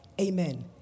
Amen